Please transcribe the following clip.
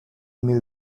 mill